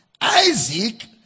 isaac